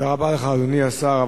תודה רבה לך, אדוני השר.